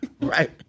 Right